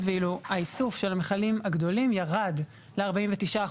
ואילו האיסוף של המכלים הגדולים ירד ל-49%,